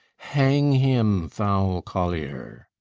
hang him, foul collier!